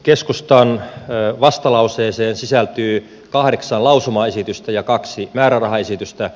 keskustan vastalauseeseen sisältyy kahdeksan lausumaesitystä ja kaksi määrärahaesitystä